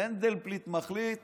מנדלבליט מחליט